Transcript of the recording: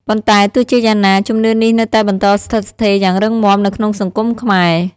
ប៉ុន្តែទោះជាយ៉ាងណា ជំនឿនេះនៅតែបន្តស្ថិតស្ថេរយ៉ាងរឹងមាំនៅក្នុងសង្គមខ្មែរ។